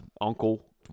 uncle